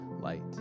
light